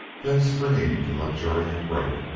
then springing to luxuriant growth,